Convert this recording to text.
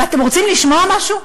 ואתם רוצים לשמוע משהו?